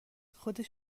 خودش